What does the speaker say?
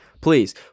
please